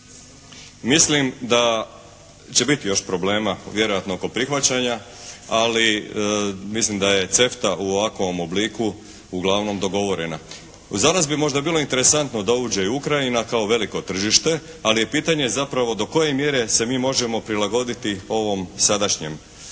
mislim da će biti još problema vjerojatno oko prihvaćanja, ali mislim da je CEFTA u ovakvom obliku uglavnom dogovorena. Za nas bi možda bilo interesantno da uđe i Ukrajina kao veliko tržište, ali je pitanje zapravo do koje mjere se mi možemo prilagoditi ovom sadašnjem tržištu.